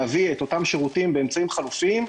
להביא את אותם שירותים באמצעים חלופיים,